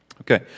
Okay